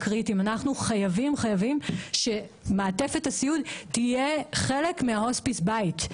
אנחנו חייבים שמעטפת הסיעוד תהיה חלק מההוספיס בית.